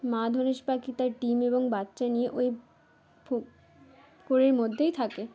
মা ধনেশ পাখি তার ডিম এবং বাচ্চা নিয়ে ওই ফোকরের মধ্যেই থাকে